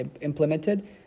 implemented